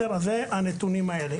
זה הנתונים האלה.